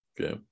Okay